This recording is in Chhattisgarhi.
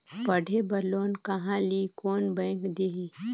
पढ़े बर लोन कहा ली? कोन बैंक देही?